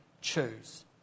choose